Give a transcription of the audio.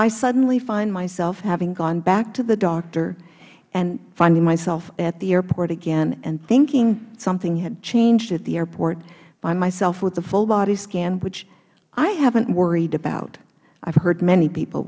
i suddenly find myself having gone back to the doctor and finding myself at the airport again and thinking something had changed at the airport find myself with the full body scan which i haven't worried about i have heard many people